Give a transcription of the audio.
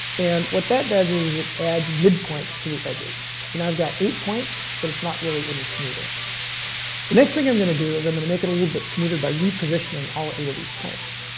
and what that does is it adds midpoints to the edges. so now and i've got eight points, but it's not really any smoother. the next thing i'm gonna do is i'm gonna make it a little bit smoother by repositioning all eight of these points.